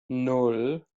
nan